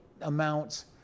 amounts